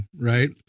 right